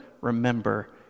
Remember